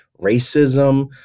racism